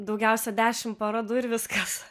daugiausia dešim parodų ir viskas